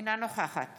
אינה נוכחת